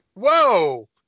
Whoa